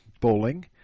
bowling